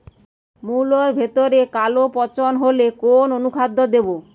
মুলোর ভেতরে কালো পচন হলে কোন অনুখাদ্য দেবো?